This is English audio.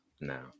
Now